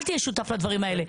אל תהיה שותף לכל הדברים האלה.